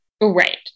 Right